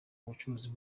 ubucuruzi